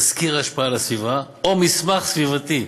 תסקיר השפעה על הסביבה או מסמך סביבתי,